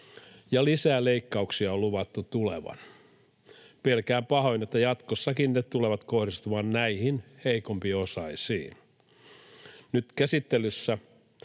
Ja lisää leikkauksia on luvattu tulevan. Pelkään pahoin, että jatkossakin ne tulevat kohdistumaan näihin heikompiosaisiin. Nyt käsittelyssä